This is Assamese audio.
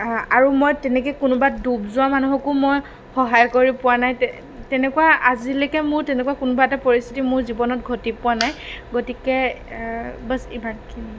আৰু মই তেনেকুৱা কোনোবা ডুব যোৱা মনুহকো মই সহায় কৰি পোৱা নাই তে তেনেকুৱা আজিলৈকে মোৰ তেনেকুৱা কোনোবা এটা পৰিস্থিতি মোৰ জীৱনত ঘটি পোৱা নাই গতিকে বচ ইমানখিনিয়ে